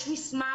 יש מסמך,